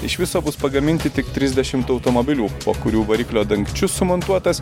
iš viso bus pagaminti tik trisdešimt automobilių po kurių variklio dangčiu sumontuotas